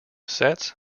sets